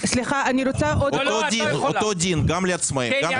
אותו דין גם לעצמאים וגם לשכירים.